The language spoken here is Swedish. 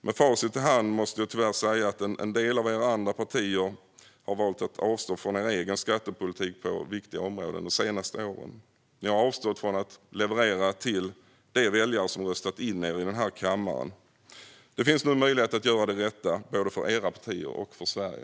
Med facit i hand måste jag tyvärr säga till en del av de andra partierna som har valt att avstå från den egna skattepolitiken på viktiga områden de senaste åren: Ni har avstått från att leverera till de väljare som har röstat in er i den här kammaren. Det finns nu en möjlighet att göra det rätta, både för era partier och för Sverige.